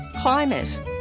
climate